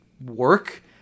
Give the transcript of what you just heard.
work